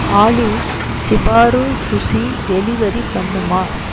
ஆலி ஷிபாரு sushi delivery பண்ணுமா